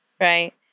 right